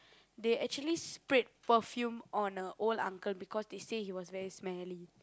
they actually sprayed perfume on a old uncle because they say he was very smelly